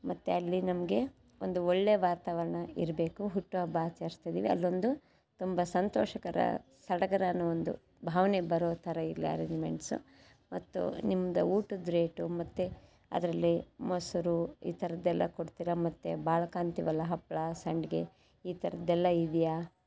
ಮತ್ತು ಅಲ್ಲಿ ನಮಗೆ ಒಂದು ಒಳ್ಳೆಯ ವಾತಾವರಣ ಇರಬೇಕು ಹುಟ್ಟುಹಬ್ಬ ಆಚರಿಸ್ತಿದೀವಿ ಅಲ್ಲೊಂದು ತುಂಬ ಸಂತೋಷಕರ ಸಡಗರ ಅನ್ನೋ ಒಂದು ಭಾವನೆ ಬರೋ ಥರ ಇರಲಿ ಅರೇಂಜ್ಮೆಂಟ್ಸ್ ಮತ್ತು ನಿಮ್ದು ಊಟದ ರೇಟು ಮತ್ತು ಅದರಲ್ಲಿ ಮೊಸರು ಈ ಥರದ್ದೆಲ್ಲ ಕೊಡ್ತೀರಾ ಮತ್ತು ಬಾಳಕ ಅಂತೀವಲ್ಲ ಹಪ್ಪಳ ಸಂಡಿಗೆ ಈ ಥರದ್ದೆಲ್ಲ ಇದೆಯಾ